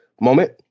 moment